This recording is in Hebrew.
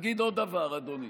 אגיד עוד דבר, אדוני: